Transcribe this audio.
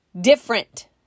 different